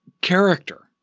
character